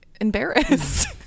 embarrassed